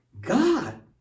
God